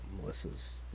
Melissa's